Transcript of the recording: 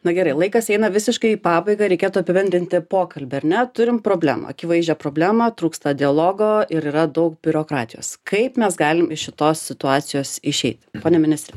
na gerai laikas eina visiškai į pabaigą reikėtų apibendrinti pokalbį ar ne turim problemą akivaizdžią problemą trūksta dialogo ir yra daug biurokratijos kaip mes galim iš šitos situacijos išeiti pone ministre